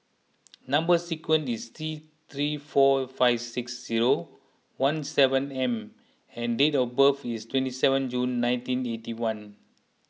Number Sequence is T three four five six zero one seven M and date of birth is twenty seven June nineteen eighty one